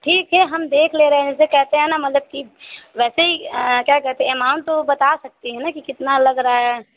ठीक है हम देख ले रहे हैं जैसे कहते हैं ना मतलब कि वैसे ही क्या कहते हैं एमाउंट तो बता सकती हैं ना कि कितना लग रहा है